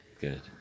Good